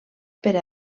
per